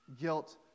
guilt